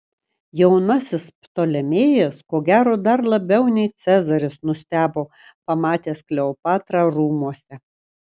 jaunasis ptolemėjas ko gero dar labiau nei cezaris nustebo pamatęs kleopatrą rūmuose